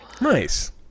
nice